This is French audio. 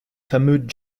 fameux